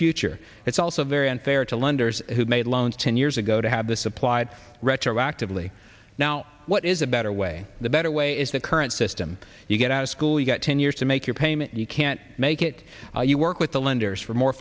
future it's also very unfair to lenders who made loans ten years ago to have this applied retroactively now what is a better way the better way is the current system you get out of school you got ten years to make your payment you can't make it you work with the lenders for more